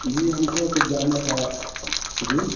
جی ہم کو کچھ جاننا تھا جی